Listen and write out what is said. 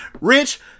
Rich